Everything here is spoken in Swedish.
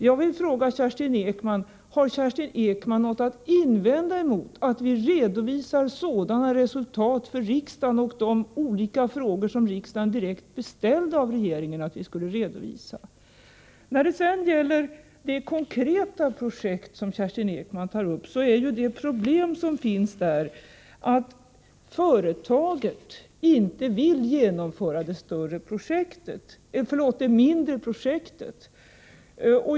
Jag vill fråga: Har Kerstin Ekman något att invända mot att vi redovisar sådana resultat för riksdagen och ger riksdagen svar i de frågor som riksdagen direkt beställt att regeringen skall redovisa? När det gäller det konkreta projekt som Kerstin Ekman tar upp är problemet att företaget inte vill genomföra det mindre projektet.